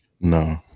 No